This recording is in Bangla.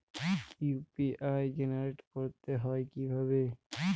ইউ.পি.আই জেনারেট করতে হয় কিভাবে?